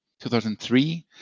2003